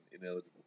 ineligible